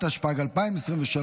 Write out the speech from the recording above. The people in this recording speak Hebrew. התשפ"ג 2023,